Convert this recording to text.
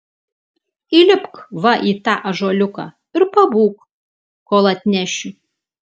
įlipk va į tą ąžuoliuką ir pabūk kol atnešiu